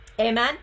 Amen